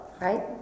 right